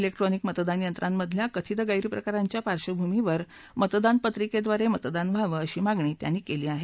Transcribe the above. electronic मतदान यंत्रांमधील कथित गैरप्रकारांच्या पार्श्वभूमीवर मतदान प्रत्रिकेद्वारे मतदान व्हावं अशी मागणी त्यांनी केली आहे